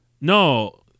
no